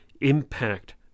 impact